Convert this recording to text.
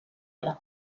era